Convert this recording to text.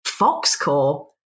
Foxcore